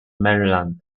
maryland